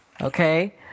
Okay